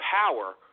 power